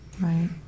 Right